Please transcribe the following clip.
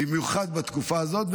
במיוחד בתקופה הזאת,